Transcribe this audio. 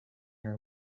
her